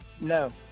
No